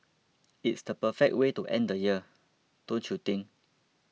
it's the perfect way to end the year don't you think